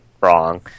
wrong